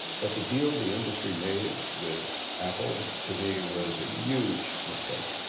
but the deal the industry made with apple to me was a huge mistake.